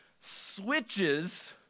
switches